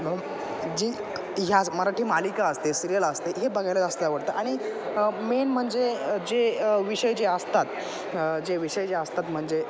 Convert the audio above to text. म जी ह्यात मराठी मालिका असते सिरियल असते हे बघायला जास्त आवडतं आणि मेन म्हणजे जे विषय जे असतात जे विषय जे असतात म्हणजे